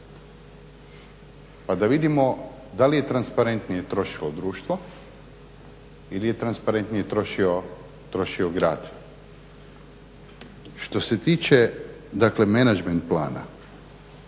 pa da vidimo da li je transparentnije trošilo društvo ili je transparentnije trošio grad. Što se tiče menadžment plana